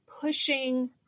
pushing